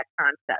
concept